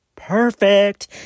Perfect